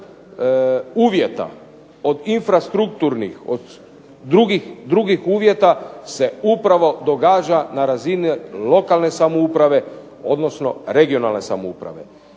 uvjeta od infrastrukturnih, od drugih uvjeta se upravo događa na razini lokalne samouprave, odnosno regionalne samouprave.